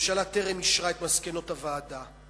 הממשלה טרם אישרה את מסקנות הוועדה.